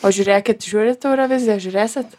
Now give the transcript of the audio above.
o žiūrėkit žiūrit euroviziją žiūrėsit